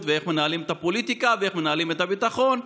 ואיך מנהלים את הפוליטיקה ואיך מנהלים את הביטחון.